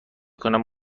کنم